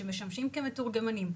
שמשמשים כמתורגמנים.